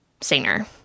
singer